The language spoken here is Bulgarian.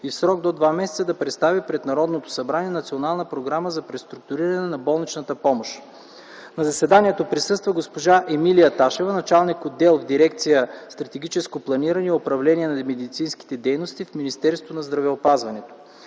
и в срок до два месеца да представи пред Народното събрание Национална програма за преструктуриране на болничната помощ. На заседанието присъства госпожа Емилия Ташева – началник отдел в Дирекция „Стратегическо планиране и управление на медицинските дейности” в Министерството на здравеопазването.